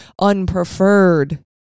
unpreferred